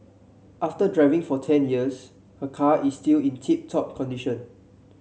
after driving for ten years her car is still in tip top condition